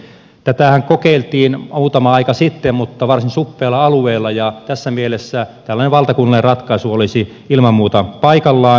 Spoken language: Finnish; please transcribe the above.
tätähän kokeiltiin muutama aika sitten mutta varsin suppealla alueella ja tässä mielessä tällainen valtakunnallinen ratkaisu olisi ilman muuta paikallaan